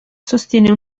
sostiene